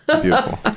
beautiful